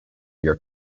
your